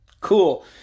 Cool